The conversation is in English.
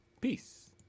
Peace